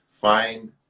find